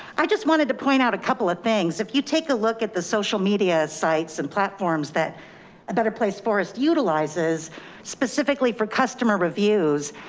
i just wanted to point out a couple of things. if you take a look at the social media sites and platforms that a better place forest utilizes specifically for customer reviews,